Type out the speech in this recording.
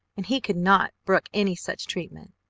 and he could not brook any such treatment.